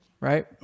right